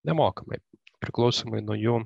nemokamai priklausomai nuo jų